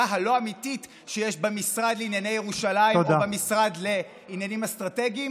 הלא-אמיתית שיש במשרד לענייני ירושלים או במשרד לעניינים אסטרטגיים.